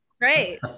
great